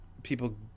People